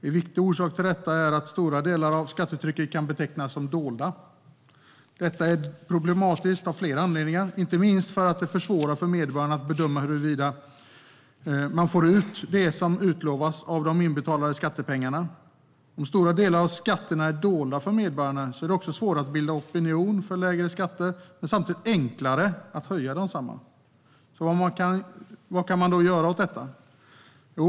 En viktig orsak till detta är att stora delar av skattetrycket kan betecknas som dolda. Detta är problematiskt av flera anledningar, inte minst för att det försvårar för medborgarna att bedöma huruvida de får ut det som utlovas av de inbetalade skattepengarna. Om stora delar av skatterna är dolda för medborgarna är det också svårare att bilda opinion för lägre skatter, men samtidigt enklare att höja desamma. Vad kan man då göra åt detta?